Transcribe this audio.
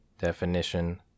Definition